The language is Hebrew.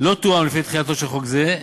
לא תואם לפני תחילתו של חוק זה,